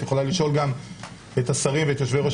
את יכולה לשאול גם את השרים ואת יושבי ראש